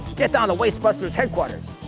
get down to wastebusters headquarters!